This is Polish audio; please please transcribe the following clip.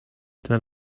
ten